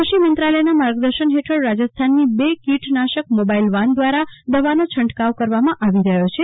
કૃષિમંત્રાલયના માર્ગદર્શન હેઠળ રાજસ્થાનની બે કિટનાશક મોબાઈલ વાન દ્રારા દવાનો છંટકાવ કરવામાં આવી રહ્યો છે